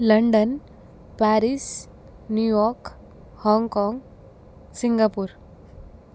London Paris New York Hong Kong Singapore